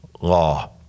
law